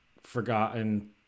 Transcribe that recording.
forgotten